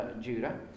Judah